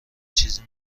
چیزی